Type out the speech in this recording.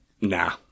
nah